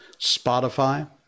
Spotify